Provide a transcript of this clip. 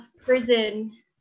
prison